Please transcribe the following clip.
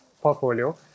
portfolio